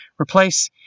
replace